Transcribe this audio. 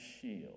shield